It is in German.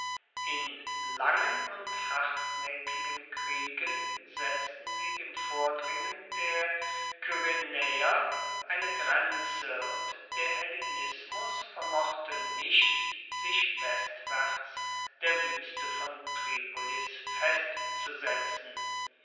in langen und hartnaeckigen kriegen setzten sie dem vordringen der kyrenaeer eine grenze und der hellenismus vermochte nicht sich westwaerts der wueste von tripolis festzusetzen